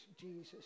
Jesus